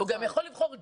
אפשר לבחור את